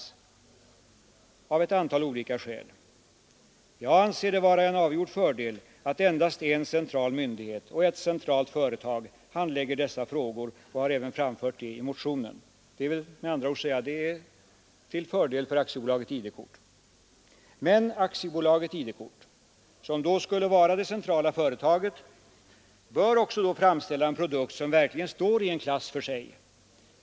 Det finns ett antal olika skäl för detta. Jag anser det vara en avgjord fördel att endast en central myndighet och ett centralt företag handlägger dessa frågor, och jag har även framfört detta i motionen. Detta är till fördel för Aktiebolaget ID-kort. Men Aktiebolaget ID-kort, som då skulle vara det centrala företaget, bör då också framställa en produkt som verkligen står i en klass för sig.